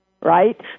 right